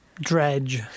dredge